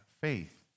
faith